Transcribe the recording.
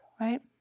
Right